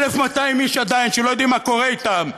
1,200 איש שעדיין לא יודעים מה קורה אתם,